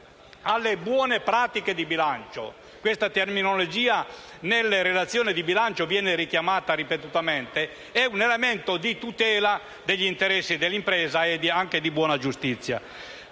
alle buone pratiche contabili - espressione che nelle relazioni di bilancio viene richiamata ripetutamente - è un elemento di tutela degli interessi dell'impresa, oltre che di buona giustizia.